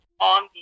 on